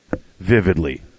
vividly